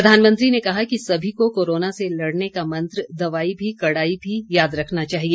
प्रधानमंत्री ने कहा कि सभी को कोरोना से लड़ने का मंत्र दवाई भी कड़ाई भी याद रखना चाहिए